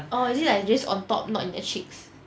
oh is it like just on top not in the cheeks